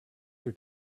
were